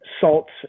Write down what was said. salts